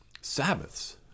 Sabbaths